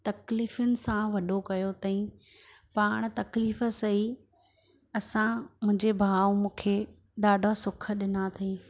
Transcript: तकलीफ़ुनि सां वॾो कयो तईं पाण तकलीफ़ सही असां मुंहिंजे भाउ ऐं मूंखे ॾाढा सुख ॾिना अथईं